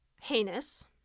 heinous